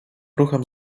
ruchem